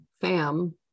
Fam